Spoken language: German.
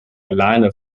alleine